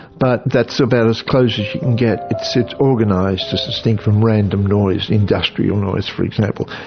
but that's about as close as you can get. it's it's organised as distinct from random noise, industrial noise for example.